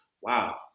wow